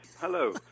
Hello